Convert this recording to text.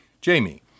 Jamie